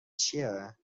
چیه